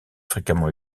fréquemment